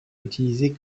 utilisé